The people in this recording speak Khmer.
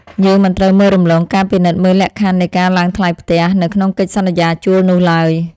យើងមិនត្រូវមើលរំលងការពិនិត្យមើលលក្ខខណ្ឌនៃការឡើងថ្លៃផ្ទះ នៅក្នុងកិច្ចសន្យាជួលនោះឡើយ។